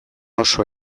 oso